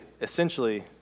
essentially